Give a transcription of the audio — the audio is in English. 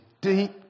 deep